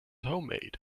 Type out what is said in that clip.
homemade